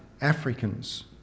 Africans